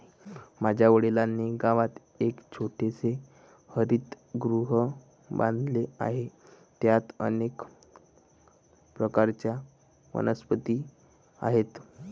माझ्या वडिलांनी गावात एक छोटेसे हरितगृह बांधले आहे, त्यात अनेक प्रकारच्या वनस्पती आहेत